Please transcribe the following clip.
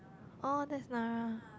oh that's Nara